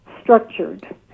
structured